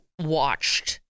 Watched